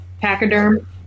Pachyderm